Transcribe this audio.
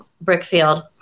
Brickfield